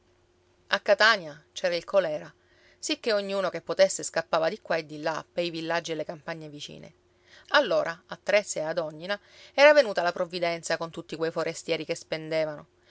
a catania c'era il colèra sicché ognuno che potesse scappava di qua e di là pei villaggi e le campagne vicine allora a trezza e ad ognina era venuta la provvidenza con tutti quei forestieri che spendevano